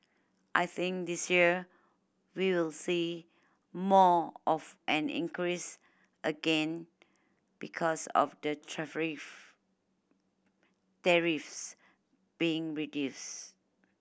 I think this year we will see more of an increase again because of the tariffs being reduced